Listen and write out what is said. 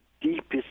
deepest